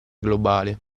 globale